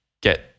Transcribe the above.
get